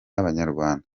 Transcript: abanyarwanda